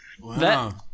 wow